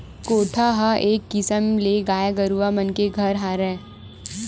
कोठा ह एक किसम ले गाय गरुवा मन के घर हरय